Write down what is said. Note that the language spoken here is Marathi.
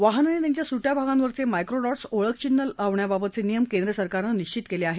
वाहनं आणि त्यांच्या सुट्या भागांवरचे मायक्रोडॉट्स ओळखचिन्ह लावण्याबाबतचे नियम केंद्र सरकारनं निश्चित केले आहेत